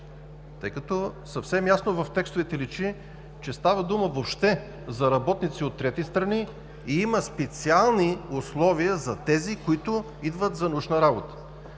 тъй като съвсем ясно в текстовете личи, че въобще става дума за работници от трети страни и има специални условия за тези, които идват за научна работа.